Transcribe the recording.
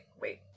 wait